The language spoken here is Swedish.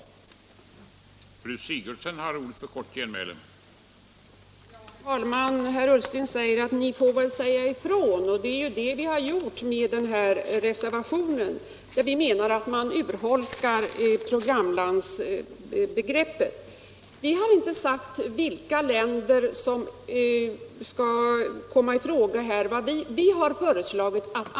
Internationellt utvecklingssamar 55